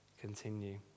continue